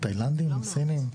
תאילנדים, סינים?